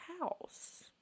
house